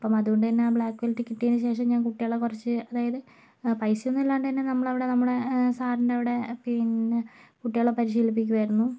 ഇപ്പം അതുകൊണ്ടുതന്നെ ആ ബ്ളാക്ക് ബെൽറ്റ് കിട്ടിയതിന് ശേഷം ഞാൻ കുട്ടികളെ കുറച്ച് അതായത് പൈസയൊന്നും അല്ലാണ്ടുതന്നെ നമ്മളവിടെ നമ്മുടെ സാറിൻറവിടെ പിന്നെ കുട്ടികളെ പരിശീലിപ്പിക്കുമായിരുന്നു